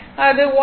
அது 1